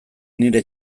nire